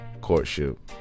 courtship